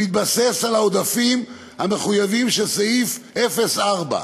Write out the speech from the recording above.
שמתבסס על העודפים המחויבים של סעיף 04,